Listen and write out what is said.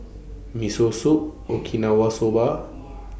Miso Soup Okinawa Soba